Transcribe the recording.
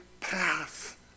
path